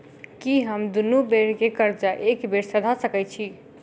की हम दुनू बेर केँ कर्जा एके बेर सधा सकैत छी?